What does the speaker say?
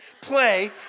play